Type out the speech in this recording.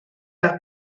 las